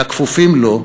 לכפופים לו,